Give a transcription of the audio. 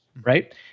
right